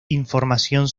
información